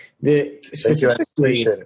Specifically